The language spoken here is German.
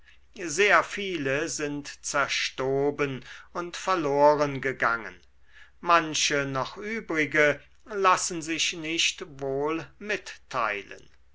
sehr viele sind zerstoben und verloren gegangen manche noch übrige lassen sich nicht wohl mitteilen